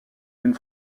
d’une